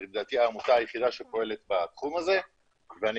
לדעתי העמותה היחידה שפועלת בתחום הזה ואני